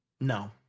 No